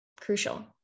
crucial